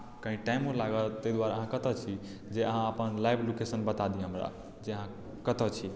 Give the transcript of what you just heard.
कनि टाइमो लागत ताहि द्वारे अहाँ कतय छी जे अहाँ अपन लाइव लोकेशन बता दिअ हमरा जे अहाँ कतय छी